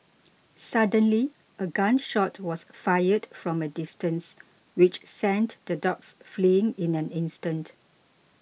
suddenly a gun shot was fired from a distance which sent the dogs fleeing in an instant